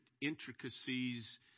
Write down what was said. intricacies